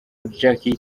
jackie